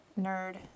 nerd